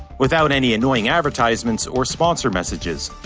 without any annoying advertisements or sponsor messages.